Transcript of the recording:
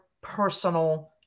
personal